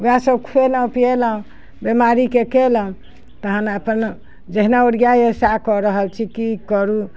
वएह सभ खुएलहुँ पियलहुँ बीमारीके केलहुँ तहन अपन जहिना ओरियाइए सएह कऽ रहल छी की करू